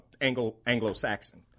Anglo-Saxon